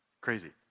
Crazy